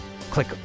Click